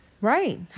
Right